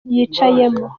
yicayemo